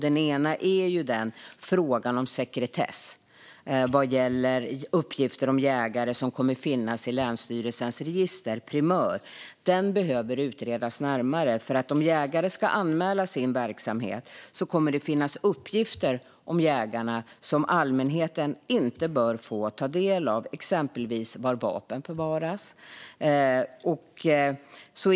Den ena är frågan om sekretess vad gäller uppgifter om jägare som kommer att finnas i länsstyrelsens register Primör. Den behöver utredas närmare, för om jägare ska anmäla sin verksamhet kommer det att finnas uppgifter om jägarna som allmänheten inte bör få ta del av, exempelvis var vapen förvaras.